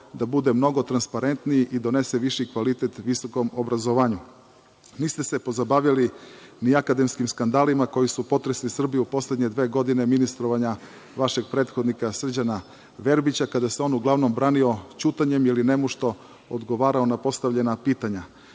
da bude mnogo transparentniji i donese viši kvalitet visokom obrazovanju. Niste se pozabavili ni akademskim skandalima koji su potresli Srbiju u poslednje dve godine ministrovanja vašeg prethodnika Srđana Verbića, kada se on uglavnom branio ćutanjem ili nemušto odgovarao na postavljena pitanja.